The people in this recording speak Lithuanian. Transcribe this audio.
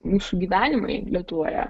mūsų gyvenimai lietuvoje